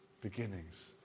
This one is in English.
Beginnings